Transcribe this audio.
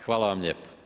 Hvala vam lijepo.